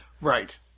Right